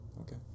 okay